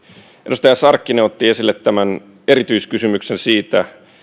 edustaja sarkkinen otti esille erityiskysymyksen siitä